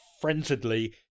frenziedly